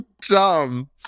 dumb